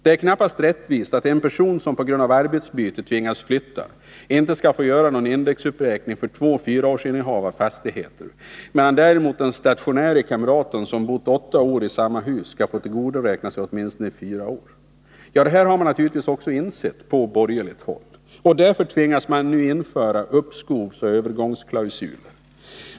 Det är knappast rättvist att en person som på grund av arbetsbyte tvingas flytta inte skall få göra någon indexuppräkning för två fyraårsinnehav av fastigheter, medan däremot den stationäre kamraten som bott åtta år i samma hus skall få tillgodoräkna sig åtminstone fyra år. Man har också insett detta på borgerligt håll. Därför har man tvingats införa uppskovsoch övergångsklausuler.